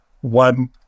one